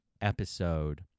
episode